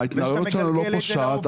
ההתנהלות שלנו לא פושעת.